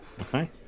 Okay